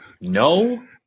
no